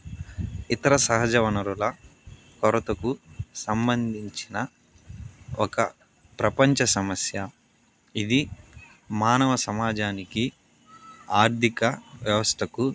ఇతర సహజ వనరుల కొరతకు సంబంధించిన ఒక ప్రపంచ సమస్య ఇది మానవ సమాజానికి ఆర్థిక వ్యవస్థకు